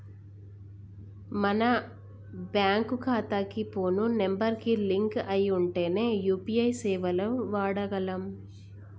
మన బ్యేంకు ఖాతాకి phone number కి లింక్ అయ్యి ఉంటేనే యూ.పీ.ఐ సేవలను వాడగలం